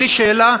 בלי שאלה,